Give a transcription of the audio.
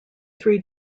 three